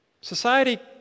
Society